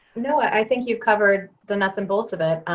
no. i think you covered the nuts and bolts of it.